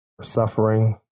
suffering